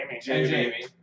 Jamie